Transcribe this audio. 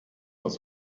das